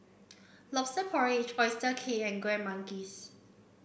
Lobster Porridge Oyster Cake and Kueh Manggis